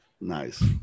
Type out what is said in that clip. nice